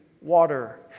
water